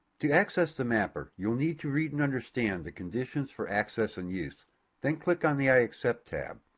to access the mapper you need to read and understand the conditions for access and use then click on the i accept tab.